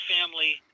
family